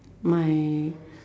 my